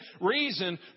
reason